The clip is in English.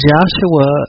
Joshua